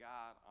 God